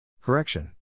Correction